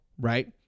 right